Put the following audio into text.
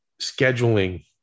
scheduling